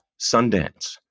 Sundance